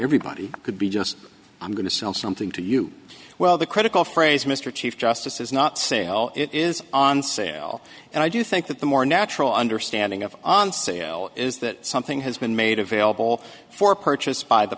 everybody could be just i'm going to sell something to you well the critical phrase mr chief justice is not sale it is on sale and i do think that the more natural understanding of on sale is that something has been made available for purchase by the